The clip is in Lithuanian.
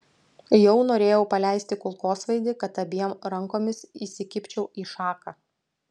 jau norėjau paleisti kulkosvaidį kad abiem rankomis įsikibčiau į šaką